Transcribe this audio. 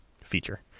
feature